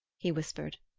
he whispered.